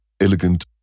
Elegant